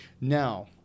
Now